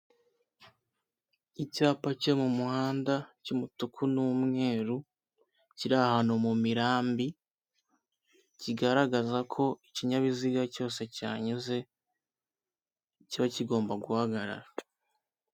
Icyapa cyo mu muhanda cy'umutuku n'umweru, kiri ahantu mu mirambi, kigaragaza ko ikinyabiziga cyose kihanyuze kiba kigomba guhagarara.